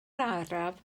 araf